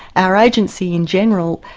our agency in general,